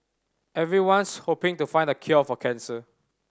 everyone's hoping to find the cure for cancer